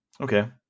Okay